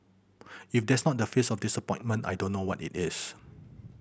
if that's not the face of disappointment I don't know what it is